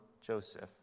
Joseph